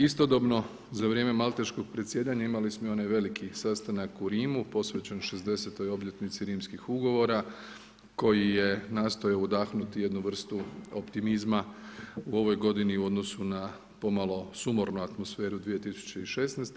Istodobno za vrijeme malteškog predsjedanja imali smo i onaj veliki sastanak u Rimu posvećen šezdesetoj obljetnici Rimskih ugovora koji je nastojao udahnuti jednu vrstu optimizma u ovoj godini u odnosu na pomalo sumornu atmosferu 2016.